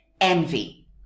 envy